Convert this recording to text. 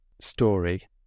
story